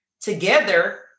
together